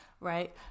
right